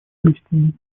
палестине